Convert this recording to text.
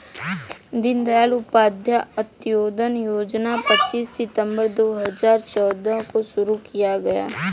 दीन दयाल उपाध्याय अंत्योदय योजना पच्चीस सितम्बर दो हजार चौदह को शुरू किया गया